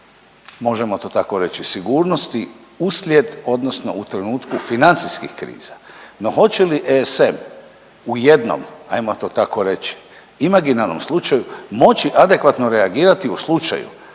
možemo to tako reći sigurnosti uslijed, odnosno u trenutku financijskih kriza. No, hoće li ESM u jednom hajmo to tako reći imaginarnom slučaju moći adekvatno reagirati u slučaju